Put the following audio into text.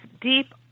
deep